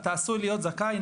אתה עשוי להיות זכאי,